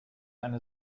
eine